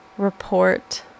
Report